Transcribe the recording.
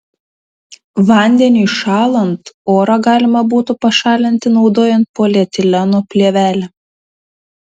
vandeniui šąlant orą galima būtų pašalinti naudojant polietileno plėvelę